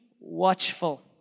watchful